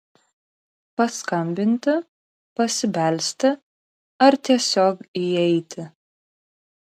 paskambinti pasibelsti ar tiesiog įeiti